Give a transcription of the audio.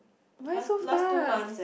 why so fast